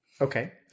okay